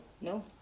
No